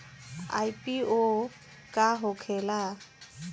IPO का होखेला?